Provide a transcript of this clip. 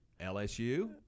LSU